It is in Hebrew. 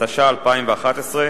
התשע"א 2011,